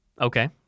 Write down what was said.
okay